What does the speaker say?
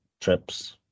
trips